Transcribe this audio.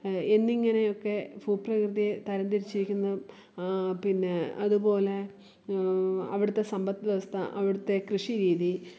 എന്നിങ്ങനെയൊക്കെ ഭൂപ്രകൃതിയെ തരം തിരിച്ചിരിക്കുന്നു പിന്നേ അതുപോലെ അവിടുത്തെ സമ്പദ് വ്യവസ്ഥ അവിടുത്തെ കൃഷിരീതി